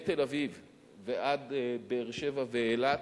מתל-אביב ועד באר-שבע ואילת,